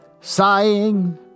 Sighing